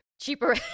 Cheaper